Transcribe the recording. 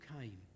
came